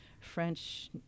French